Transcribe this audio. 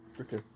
Okay